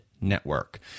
Network